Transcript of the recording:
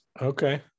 okay